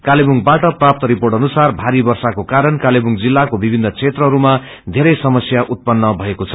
कालेबुझ्बाट प्राप्त रिपोट अनुसार भारी वर्षाको कारण कालेबुङ जिल्लाको विभिन्न क्षेत्रहरूमा घरे समस्या उत्पन्न भएको छ